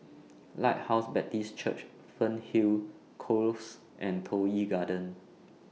Lighthouse Baptist Church Fernhill Close and Toh Yi Garden